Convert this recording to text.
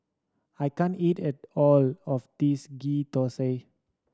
I can't eat at all of this Ghee Thosai